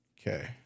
Okay